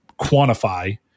quantify